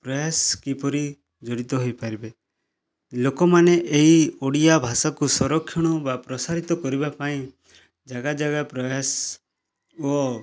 ପ୍ରୟାସ କିପରି ଜଡ଼ିତ ହୋଇପାରିବେ ଲୋକମାନେ ଏହି ଓଡ଼ିଆ ଭାଷାକୁ ସଂରକ୍ଷଣ କିମ୍ବା ପ୍ରସାରିତ କରିବା ପାଇଁ ଜାଗା ଜାଗା ପ୍ରୟାସ ଓ